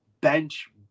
bench